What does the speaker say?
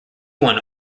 won